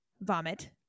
vomit